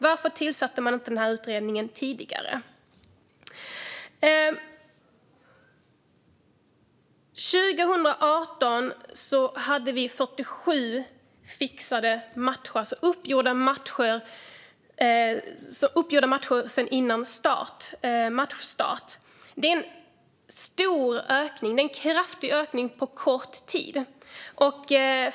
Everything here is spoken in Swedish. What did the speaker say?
Varför tillsatte man inte utredningen tidigare? År 2018 hade vi 47 fixade matcher - matcher som gjorts upp före matchstart. Det är fråga om en stor och kraftig ökning på kort tid.